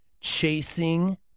chasing